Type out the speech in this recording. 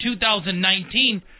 2019